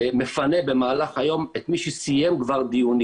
שמפנה במהלך היום את מי שסיים כבר דיונים.